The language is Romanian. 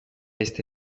este